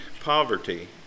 poverty